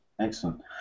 Excellent